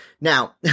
Now